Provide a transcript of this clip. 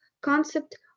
concept